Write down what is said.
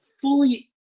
fully